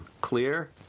clear